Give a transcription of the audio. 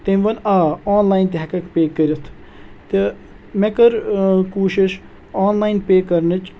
تٔمۍ ووٚن آنلایِن تہِ ہٮ۪کَکھ پے کٔرِتھ تہٕ مےٚ کٔر کوٗشِش آنلایِن پے کَرنٕچ